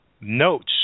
notes